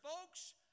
folks